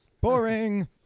Boring